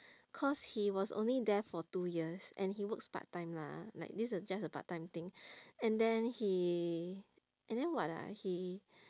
cause he was only there for two years and he works part time lah like this a just a part time thing and then he and then what ah he